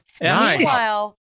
Meanwhile